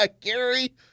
Gary